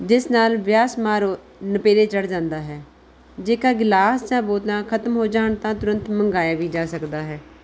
ਜਿਸ ਨਾਲ ਵਿਆਹ ਸਮਾਰੋਹ ਨੇਪਰੇ ਚੜ੍ਹ ਜਾਂਦਾ ਹੈ ਜੇਕਰ ਗਿਲਾਸ ਜਾਂ ਬੋਤਲਾਂ ਖਤਮ ਹੋ ਜਾਣ ਤਾਂ ਤੁਰੰਤ ਮੰਗਵਾਇਆ ਵੀ ਜਾ ਸਕਦਾ ਹੈ